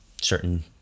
certain